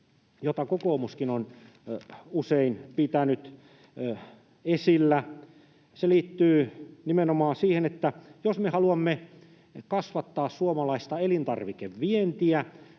jota kokoomuskin on usein pitänyt esillä. Se liittyy nimenomaan siihen, että jos me haluamme kasvattaa suomalaista elintarvikevientiä,